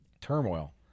turmoil